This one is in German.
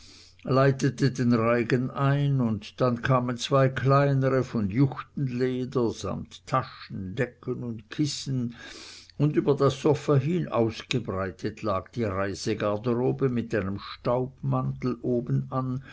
leitete den reigen ein dann kamen zwei kleinere von juchtenleder samt taschen decken und kissen und über das sofa hin ausgebreitet lag die reisegarderobe mit einem staubmantel obenan